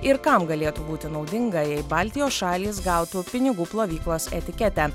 ir kam galėtų būti naudinga jei baltijos šalys gautų pinigų plovyklos etiketę